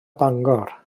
bangor